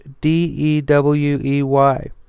D-E-W-E-Y